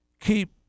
keep